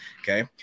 okay